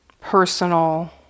personal